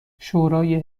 شورای